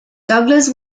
douglas